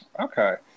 Okay